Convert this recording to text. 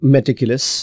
Meticulous